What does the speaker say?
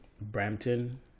Brampton